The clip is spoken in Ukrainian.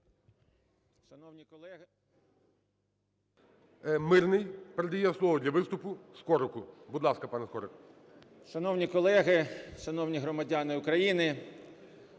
Шановні колеги, шановні громадяни України,